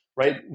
right